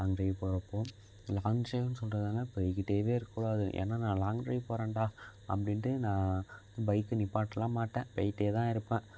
long drive போகிறப்போ long drive சொல்கிறதனால போய்கிட்டேவே இருக்கக்கூடாது ஏன்னா நான் லாங் ட்ரைவ் போகிறேன்டா அப்படின்ட்டு நான் பைக்கை நிப்பாட்லாம் மாட்டேன் போயிட்டேதான் இருப்பேன்